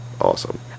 awesome